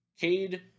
Cade